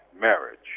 marriage